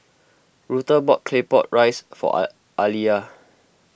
Rutha bought Claypot Rice for are Aaliyah